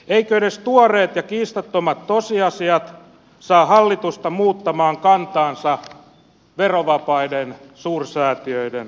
eivätkö edes tuoreet ja kiistattomat tosiasiat saa hallitusta muuttamaan kantaansa verovapaiden suursäätiöiden suhteen